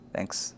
Thanks